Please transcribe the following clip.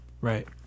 Right